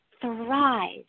thrive